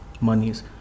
monies